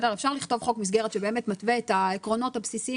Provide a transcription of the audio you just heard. אפשר לכתוב חוק מסגרת שבאמת מתווה את העקרונות הבסיסיים